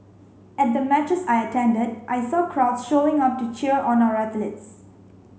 at the matches I attended I saw crowd showing up to cheer on our athletes